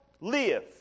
live